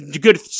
good